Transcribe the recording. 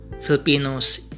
Filipinos